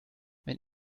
wenn